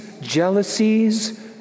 jealousies